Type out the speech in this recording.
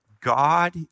God